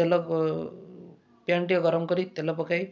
ତେଲ ପ୍ୟାନ୍ଟିଏ ଗରମ କରି ତେଲ ପକାଇ